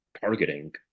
targeting